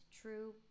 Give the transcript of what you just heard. true